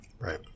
Right